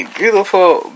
beautiful